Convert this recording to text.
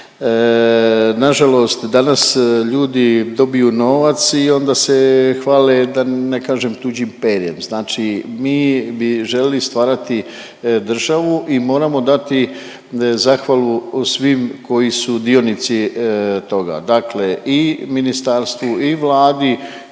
Nažalost danas ljudi dobiju novac i onda se hvale da ne kažem tuđim perjem. Znači mi bi želili stvarati državu i moramo dati zahvalu svim koji su dionici toga. Dakle i ministarstvu i Vladi